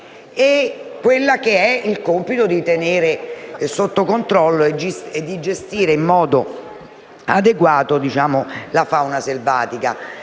venatoria e il compito di tenere sotto controllo e gestire in modo adeguato la fauna selvatica.